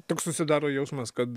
toks susidaro jausmas kad